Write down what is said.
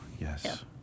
Yes